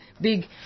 big